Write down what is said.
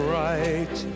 right